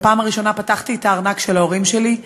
בפעם הראשונה פתחתי את הארנק של ההורים שלי,